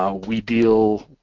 ah we deal,